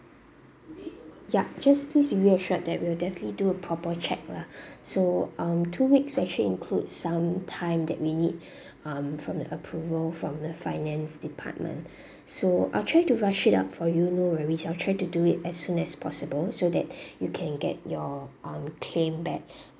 yup just please be assured that we will definitely do a proper check lah so um two weeks actually include some time that we need um from the approval from the finance department so uh I'll try to rush it up for you no worries I'll try to do it as soon as possible so that you can get your um claim back